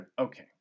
Okay